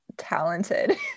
talented